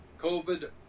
COVID